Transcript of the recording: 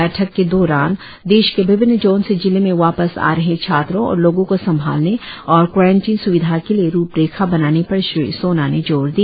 बैठक के दौरान देश के विभिन्न जोन से जिले में वापस आ रहे छात्रों और लोगों को संभालने और क्वारनटिन स्विधा के लिए रुपरेखा बनाने पर श्री सोना ने जोर दिया